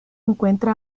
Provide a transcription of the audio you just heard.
encuentra